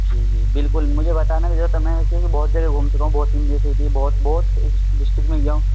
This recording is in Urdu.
جی جی بالکل مجھے بتانا کیونکہ بہت جگہ گھوم چکا ہوں بہت سیٹی ہے بہت بہت ڈسٹرکٹ میں گیا ہوں